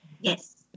Yes